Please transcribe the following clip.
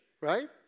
right